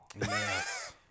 Yes